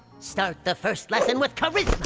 start the first lesson with charisma!